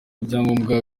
ibyangombwa